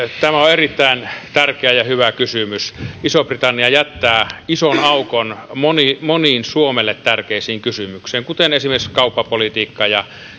tämä on erittäin tärkeä ja hyvä kysymys iso britannia jättää ison aukon moniin suomelle tärkeisiin kysymyksiin kuten esimerkiksi kauppapolitiikkaan ja